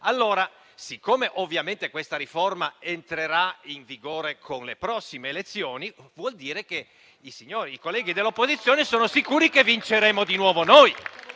Governo. Siccome ovviamente questa riforma entrerà in vigore con le prossime elezioni, vuol dire che i colleghi dell'opposizione sono sicuri che vinceremo di nuovo noi.